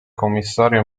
commissario